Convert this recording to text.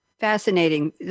Fascinating